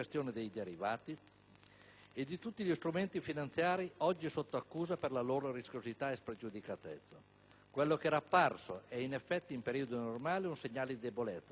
e di tutti gli strumenti finanziari oggi sotto accusa per la loro rischiosità e spregiudicatezza. Quello che era apparso - e in effetti è, in periodi normali - un segnale di debolezza del sistema bancario italiano,